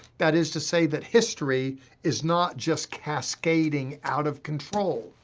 that is to say, that history is not just cascading out of control.